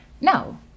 No